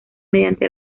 mediante